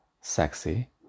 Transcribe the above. sexy